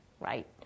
right